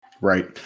Right